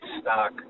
stock